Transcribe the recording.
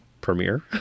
premiere